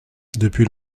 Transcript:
depuis